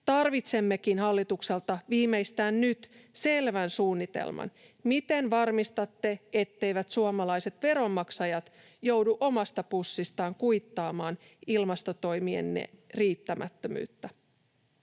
Tarvitsemmekin hallitukselta viimeistään nyt selvän suunnitelman: miten varmistatte, etteivät suomalaiset veronmaksajat joudu omasta pussistaan kuittaamaan ilmastotoimienne riittämättömyyttä?